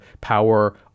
power